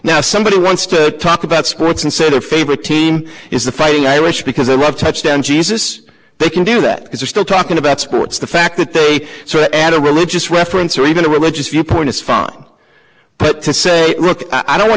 now somebody wants to talk about sports and so their favorite team is the fighting irish because they love touchdown jesus they can do that because they're still talking about sports the fact that they saw it at a religious reference or even a religious viewpoint is fine but to say look i don't want